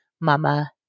Mama